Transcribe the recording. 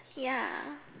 ya